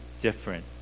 different